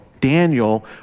Daniel